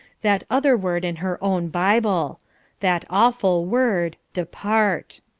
that other word in her own bible that awful word, depart.